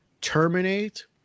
Terminate